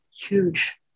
huge